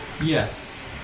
Yes